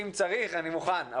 אם צריך אני מוכן,